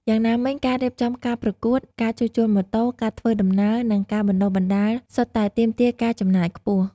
យ៉ាងណាមិញការរៀបចំការប្រកួត ការជួសជុលម៉ូតូ ការធ្វើដំណើរ និងការបណ្តុះបណ្តាលសុទ្ធតែទាមទារការចំណាយខ្ពស់។